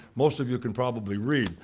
most of you can probably read.